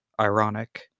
Ironic